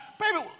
Baby